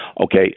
okay